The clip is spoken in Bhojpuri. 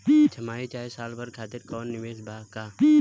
छमाही चाहे साल भर खातिर कौनों निवेश बा का?